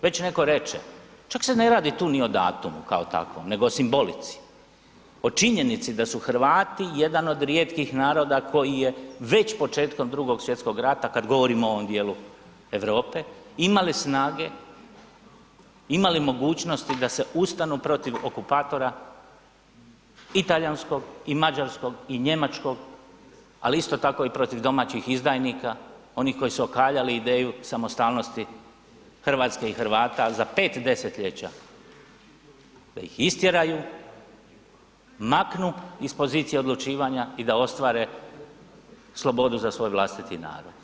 Već netko reče, čak se ne radi tu ni o datumu kao takvom nego o simbolici, o činjenici da su Hrvati jedan od rijetkih naroda koji je već početkom Drugog svjetskog rata, kada govorimo o ovome dijelu Europe imale snage, imale mogućnosti da se ustanu protiv okupatora i talijanskog i mađarskog i njemačkog ali isto tako i protiv domaćih izdajnika, onih koji su okaljali ideju samostalnosti Hrvatske i Hrvata za pet desetljeća, da ih istjeraju, maknu iz pozicije odlučivanja i da ostvare slobodu za svoj vlastiti narod.